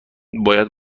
باید